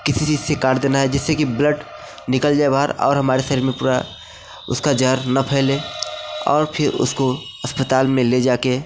किसी चीज से काट देना है जिससे कि ब्लड निकल जाए बाहर और हमारे शरीर में पूरा उसका जहर न फैले और फिर उसको अस्पताल में ले जा के